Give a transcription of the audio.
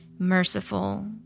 merciful